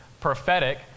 prophetic